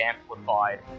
amplified